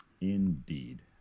indeed